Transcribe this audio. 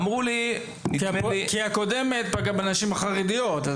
אמרו לי --- כי הקודמת פגעה בנשים החרדיות.